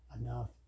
enough